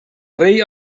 rei